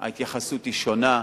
ההתייחסות היא שונה,